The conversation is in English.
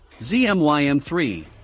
ZMYM3